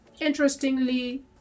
interestingly